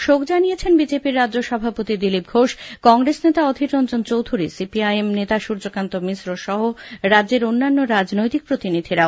শোক জানিয়েছে বিজেপি র রাজ্য সভাপতি দিলীপ ঘোষ কংগ্রেস নেতা অধীররঞ্জন চৌধুরী সিপিআইএম এর সূর্যকান্ত মিশ্র সহ রাজ্যের অন্যান্য রাজনৈতিক প্রতিনিধিরা